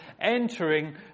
Entering